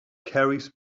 carries